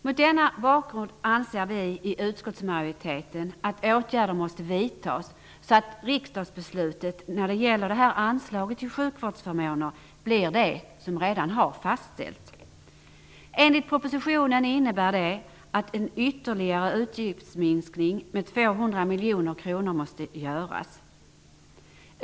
Mot denna bakgrund anser vi i utskottsmajoriteten att åtgärder måste vidtas så att riksdagsbeslutet när det gäller detta anslag till sjukvårdsförmåner blir det som redan har fastställts. Enligt propositionen innebär detta att det måste bli en ytterligare utgiftsminskning med 200 miljoner kronor.